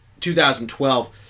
2012